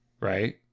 right